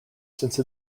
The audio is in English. since